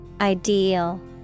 Ideal